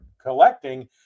collecting